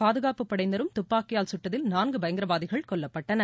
பாதுகாப்பு படையினரும் துப்பாக்கியால் குட்டதில் நான்கு பயங்கரவாதிகள் கொல்லப்பட்டனர்